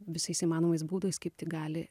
visais įmanomais būdais kaip tik gali